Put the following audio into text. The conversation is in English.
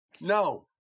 No